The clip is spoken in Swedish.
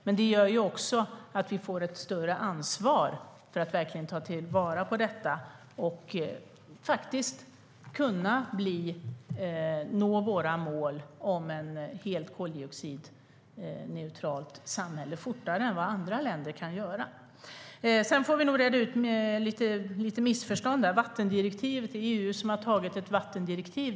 Men det gör också att vi får ett större ansvar för att verkligen ta vara på detta och att nå våra mål om ett helt koldioxidneutralt samhälle fortare än andra länder. Sedan får vi nog reda ut lite missförstånd. Det är EU som har antagit ett vattendirektiv.